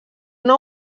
una